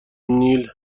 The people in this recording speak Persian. نیل